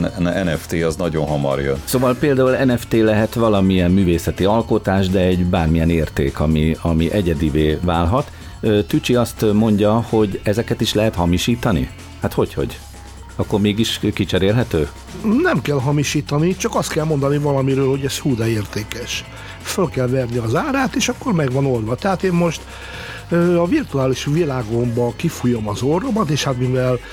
N- N- NFT az nagyon hamar jön. Szóval például NFT lehet valamilyen művészeti alkotás, de egy bármilyen érték, ami- ami egyedivé válhat. Ö, Tücsi azt mondja, hogy ezeket is lehet hamisítani? Hát hogyhogy? Akkor mégis kicserélhető? Nem kell hamisítani, csak azt kell mondani valamiről, hogy ez hú de értékes. Föl kell verni az árát, és akkor meg van oldva. Tehát én most, ö, a virtuális világomba kifújom az orromat, és hát mivel